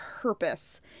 purpose